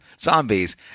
zombies